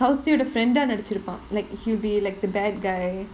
kausi ஓட:oda friend ah நடிச்சு இருப்பான்:nadichu iruppaan like he'll be like the bad guy